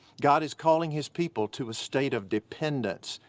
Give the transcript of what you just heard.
god is calling his people to a state of dependence,